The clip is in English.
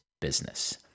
business